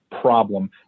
problem